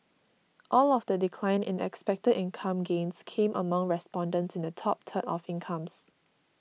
all of the decline in expected income gains came among respondents in the top third of incomes